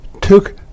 took